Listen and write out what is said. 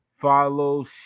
follow